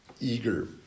eager